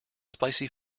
spicy